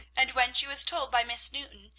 and when she was told by miss newton,